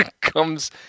Comes